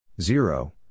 zero